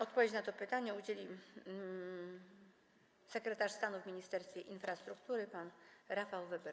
Odpowiedzi na to pytanie udzieli sekretarz stanu w Ministerstwie Infrastruktury pan Rafał Weber.